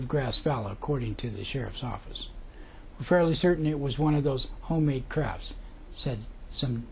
of grass fellow according to the sheriff's office fairly certain it was one of those homemade crafts said some